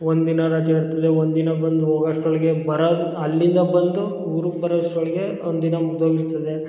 ಒಂದು ದಿನ ರಜೆ ಇರ್ತದೆ ಒಂದು ದಿನ ಬಂದು ಹೋಗಷ್ಟ್ರೊಳ್ಗೆ ಬರದು ಅಲ್ಲಿಂದ ಬಂದು ಊರಿಗೆ ಬರೋ ಅಷ್ಟ್ರೊಳ್ಗೆ ಒಂದಿನ ಮುಗ್ದೋಗಿರ್ತದೆ